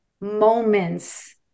moments